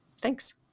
Thanks